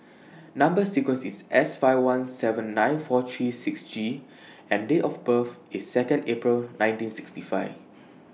Number sequence IS S five one seven nine four three six G and Date of birth IS two April nineteen sixty five